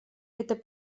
это